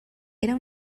era